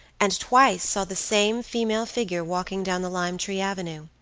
and twice saw the same female figure walking down the lime tree avenue.